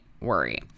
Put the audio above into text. worry